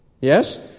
Yes